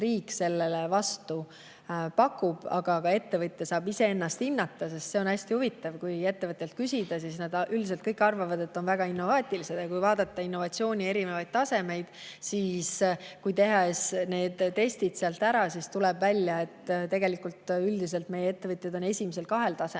riik sellele vastu pakub. Aga ka ettevõtja ise saab ennast hinnata. See on hästi huvitav. Kui ettevõtjatelt küsida, siis üldiselt kõik arvavad, et nad on väga innovaatilised, aga kui vaadata innovatsiooni erinevaid tasemeid, tehes need testid seal ära, siis tuleb välja, et tegelikult üldiselt meie ettevõtjad on esimesel kahel tasemel.